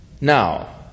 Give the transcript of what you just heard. Now